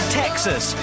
texas